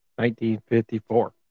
1954